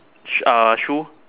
sh~ uh shoe